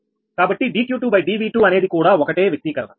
కాబట్టి dQ2dV2 అనేది కూడా ఒకటే వ్యక్తీకరణ